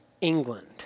England